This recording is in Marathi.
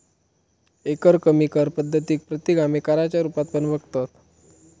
एकरकमी कर पद्धतीक प्रतिगामी कराच्या रुपात पण बघतत